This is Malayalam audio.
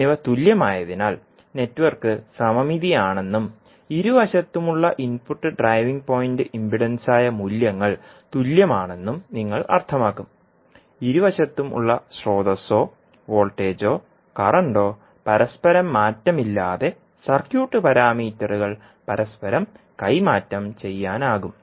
എന്നിവ തുല്യമായതിനാൽ നെറ്റ്വർക്ക് സമമിതിയാണെന്നും ഇരുവശത്തുമുള്ള ഇൻപുട്ട് ഡ്രൈവിംഗ് പോയിന്റ് ഇംപിഡൻസായ മൂല്യങ്ങൾ തുല്യമാണെന്നും നിങ്ങൾ അർത്ഥമാക്കും ഇരുവശത്തും ഉള്ള സ്രോതസ്സോ വോൾട്ടേജോ കറൻറോ പരസ്പരം മാറ്റമില്ലാതെ സർക്യൂട്ട് പാരാമീറ്ററുകൾ പരസ്പരം കൈമാറ്റം ചെയ്യാനാകും